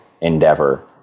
endeavor